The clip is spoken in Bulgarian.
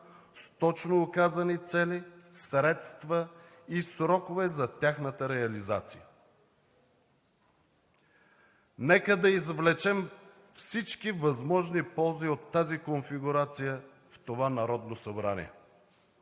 с точно указани цели, средства и срокове за тяхната реализация. Нека да извлечем всички възможни ползи от тази конфигурация в това Народно събрание.